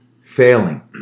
failing